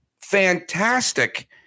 fantastic